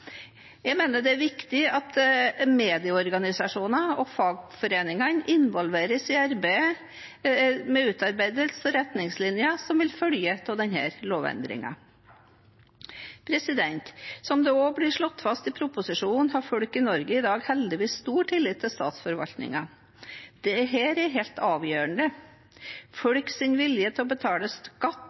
Jeg mener det er viktig at medieorganisasjoner og fagforeningene involveres i utarbeidelse av retningslinjene som vil følge av denne lovendringen. Som det også blir slått fast i proposisjonen, har folk i Norge i dag heldigvis stor tillit til statsforvaltningen. Dette er helt avgjørende. Folks vilje til å betale skatt